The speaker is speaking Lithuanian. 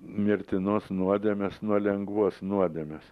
mirtinos nuodėmės nuo lengvos nuodėmės